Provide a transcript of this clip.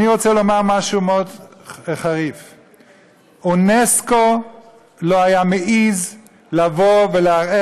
אני רוצה לומר משהו חריף מאוד: אונסק"ו לא היה מעז לערער